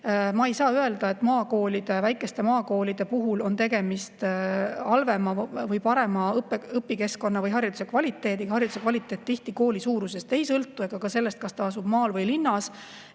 Ma ei saa öelda, et maakoolide, väikeste maakoolide puhul on tegemist halvema või parema õpikeskkonna või hariduse kvaliteediga. Hariduse kvaliteet tihti kooli suurusest ei sõltu ega ka sellest, kas ta asub maal või linnas.